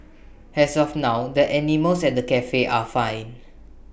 as of now the animals at the Cafe are fine